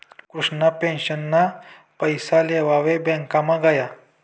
कृष्णा पेंशनना पैसा लेवाले ब्यांकमा गया